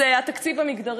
זה התקציב המגדרי,